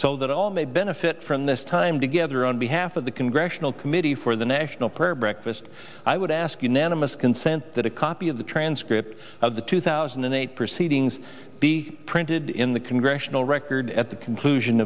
so that all may benefit from this time together on behalf of the congressional committee for the national prayer breakfast i would ask unanimous consent that a copy of the transcript of the two thousand and eight proceedings be printed in the congressional record at the conclusion